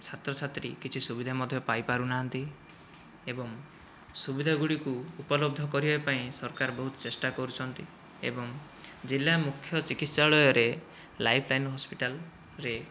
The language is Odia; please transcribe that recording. ଛାତ୍ର ଛାତ୍ରୀ କିଛି ସୁବିଧା ମଧ୍ୟ ପାଇ ପାରୁନାହାନ୍ତି ଏବଂ ସୁବିଧା ଗୁଡ଼ିକୁ ଉପଲବ୍ଧ କରିବା ପାଇଁ ସରକାର ବହୁତ ଚେଷ୍ଟା କରୁଛନ୍ତି ଏବଂ ଜିଲ୍ଲା ମୁଖ୍ୟ ଚିକିତ୍ସାଳୟରେ ଲାଇଫ ଲାଇନ ହସ୍ପିଟାଲରେ